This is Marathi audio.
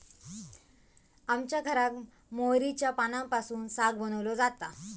आमच्या घराक मोहरीच्या पानांपासून साग बनवलो जाता